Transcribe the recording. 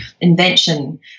invention